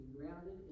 grounded